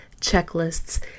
checklists